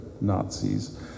Nazis